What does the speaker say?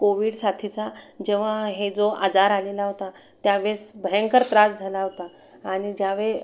Covid साथीचा जेव्हा हे जो आजार आलेला होता त्यावेळेस भयंकर त्रास झाला होता आणि ज्यावेळी